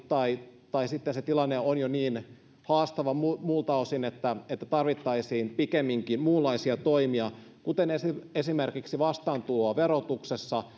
tai tai sitten se tilanne on jo niin haastava muilta muilta osin että että tarvittaisiin pikemminkin muunlaisia toimia kuten esimerkiksi esimerkiksi vastaantuloa verotuksessa